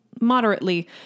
moderately